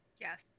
Yes